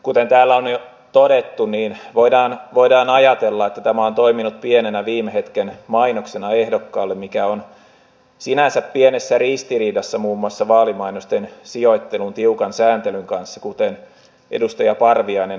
kuten täällä on jo todettu niin voidaan ajatella että tämä on toiminut pienenä viime hetken mainoksena ehdokkaalle mikä on sinänsä pienessä ristiriidassa muun muassa vaalimainosten sijoittelun tiukan sääntelyn kanssa kuten edustaja parviainen äsken totesi